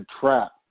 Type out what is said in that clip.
trap